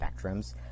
spectrums